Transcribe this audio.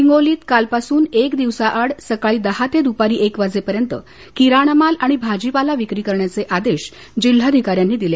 हिगोलीत कालपासून एक दिवस आड सकाळी दहा ते दुपारी एक वाजेपर्यत किराणामाल आणि भाजीपाला विक्री करण्याचे आदेश जिल्हाधिकाऱ्यांनी दिले